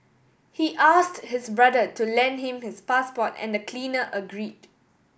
he asked his brother to lend him his passport and the cleaner agreed